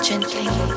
Gently